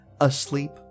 asleep